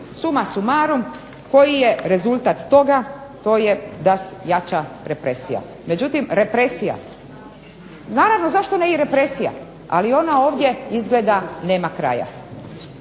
suma sumarum koji je rezultat toga, to je da jača represija. Naravno, zašto ne i represija, ali ona ovdje izgleda nema kraja.